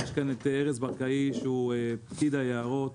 יש כאן את ארז ברקאי שהוא פקיד היערות,